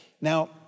Now